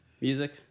Music